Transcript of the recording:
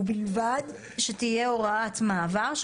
ובלבד שתהיה הוראת מעבר,